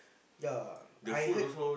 yea I heard